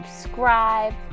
subscribe